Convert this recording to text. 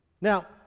Now